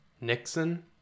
Nixon